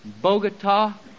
Bogota